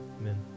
Amen